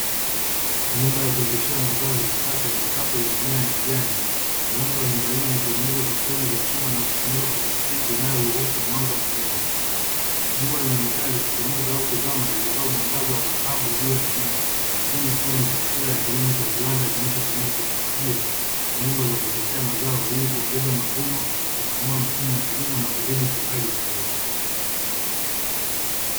Nyumba ya kuendeshea mazao ya kisasa yenye safu ya mimea ya kijani muundo wa nyumba hiyo umetengeneza kwa fremu za chuma na kufunika kwa plastiki, inayoruhusu mwanga kupenya jua linaonekana likichomoza au kuzama likitoa mwangaza wa dhahabu juu ya mimea; hii ikiwa ni taswira ya kilimo cha viwanda kinachotumia teknolojia na nyumba za kuoteshea mazao, ili kuongeza mavuno kupanua msimu wa kilimo na kudhibiti hali ya hewa.